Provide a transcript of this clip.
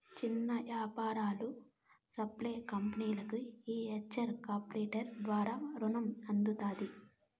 చిన్న యాపారాలు, స్పాల్ కంపెనీల్కి ఈ వెంచర్ కాపిటల్ ద్వారా రునం అందుతాది